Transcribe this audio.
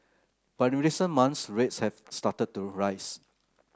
but in recent months rates have started to rise